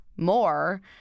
more